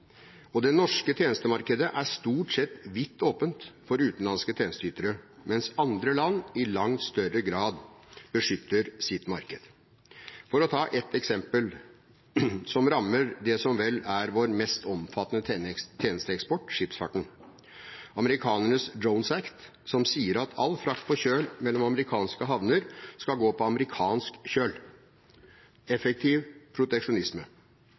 gass. Det norske tjenestemarkedet er stort sett vidt åpent for utenlandske tjenesteytere, mens andre land i langt større grad beskytter sitt marked. For å ta ett eksempel som rammer det som vel er vår mest omfattende tjenesteeksport, skipsfarten: Amerikanernes Jones Act som sier at all frakt på kjøl mellom amerikanske havner skal gå på amerikansk kjøl – effektiv proteksjonisme.